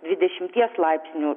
dvidešimties laipsnių